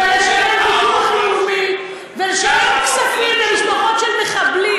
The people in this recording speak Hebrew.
מדינת ישראל ממשיכה לשלם ביטוח לאומי ולשלם כספים למשפחות של מחבלים.